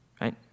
right